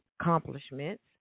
accomplishments